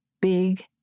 Big